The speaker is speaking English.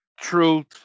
truth